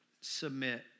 submit